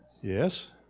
Yes